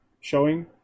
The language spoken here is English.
showing